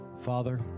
Father